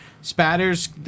spatters